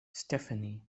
stephanie